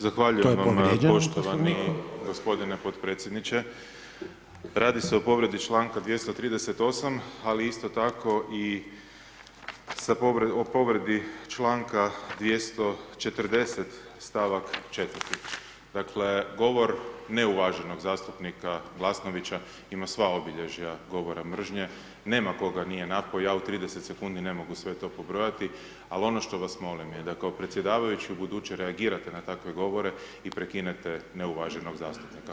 Zahvaljujem poštovani gospodine podpredsjedniče, radi se o povredi članka 238. ali isto tako i o povredi članka 240. stavak 4., dakle govor neuvaženog zastupnika Glasnovića ima sva obilježja govora mržnje, nema koga nije napao, ja u 30 sekundi ne mogu sve to pobrojati, ali ono što vas molim je da kao predsjedavajući ubuduće reagirate na takve govore i prekinete neuvaženog zastupnika.